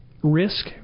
Risk